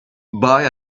buy